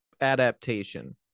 adaptation